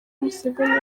museveni